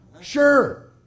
Sure